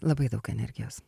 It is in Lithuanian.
labai daug energijos